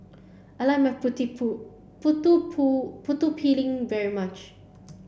I like Putu Piring very much